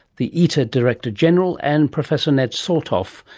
the iter director-general, and professor ned sauthoff,